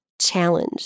challenge